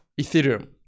Ethereum